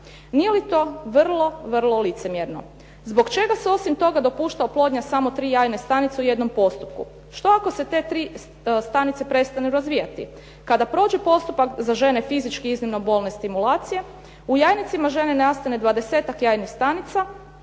Nije li to vrlo, vrlo licemjerno? Zbog čega se osim toga dopušta oplodnja samo tri jajne stanice u jednom postupku? Što ako se te tri stanice prestanu razvijati? Kada prođe postupak za žene fizički iznimno bolne stimulacije u jajnicima žene ne ostane dvadesetak jajnih stanica,